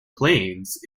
planes